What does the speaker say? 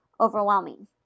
overwhelming